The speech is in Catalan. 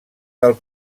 del